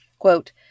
Quote